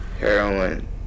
heroin